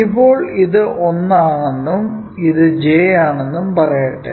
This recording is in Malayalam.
ഇപ്പോൾ ഇത് 1 ആണെന്നും ഇത് j ആണെന്നും പറയട്ടെ